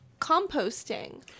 composting